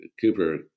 Cooper